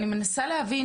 ואני מנסה להבין,